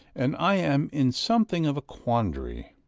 and i am in something of a quandary.